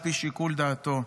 על פי שיקול דעתו.